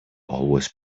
always